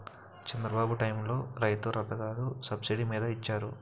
చంద్రబాబు టైములో రైతు రథాలు సబ్సిడీ మీద ఇచ్చారు